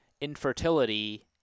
infertility